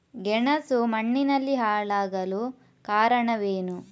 ಗೆಣಸು ಮಣ್ಣಿನಲ್ಲಿ ಹಾಳಾಗಲು ಕಾರಣವೇನು?